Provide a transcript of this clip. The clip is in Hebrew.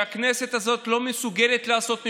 שהכנסת הזאת לא מסוגלת לעשות,